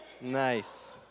Nice